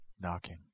Knocking